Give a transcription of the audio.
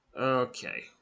Okay